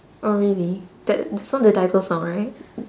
oh really that that song the title song right